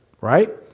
right